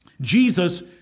Jesus